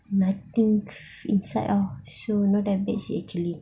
nothing inside so not bad actually